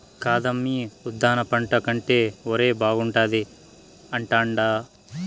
కాదమ్మీ ఉద్దాన పంట కంటే ఒరే బాగుండాది అంటాండా